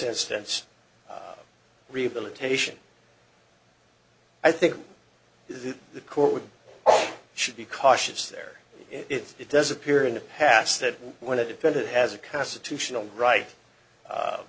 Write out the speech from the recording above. instance rehabilitation i think the court would or should be cautious there it does appear in the past that when a defendant has a constitutional right